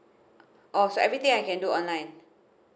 oh so everything I can do online